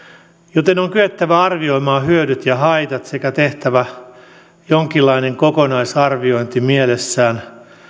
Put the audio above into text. joten on kyettävä arvioimaan hyödyt ja haitat sekä tehtävä jonkinlainen kokonaisarviointi mielessään